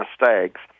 mistakes